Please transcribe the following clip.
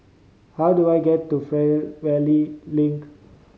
how do I get to Fernvale Link